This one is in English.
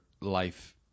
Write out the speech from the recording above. life